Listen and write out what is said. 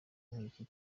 nk’iki